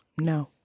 No